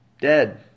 Dead